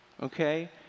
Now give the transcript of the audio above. Okay